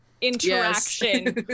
interaction